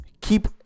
keep